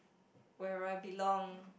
where I belong